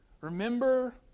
Remember